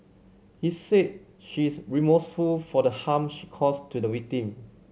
he said she is remorseful for the harm she caused to the victim